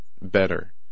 better